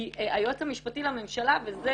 כי היועץ המשפטי לממשלה וזה